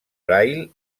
braille